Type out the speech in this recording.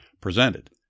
presented